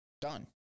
done